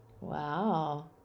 Wow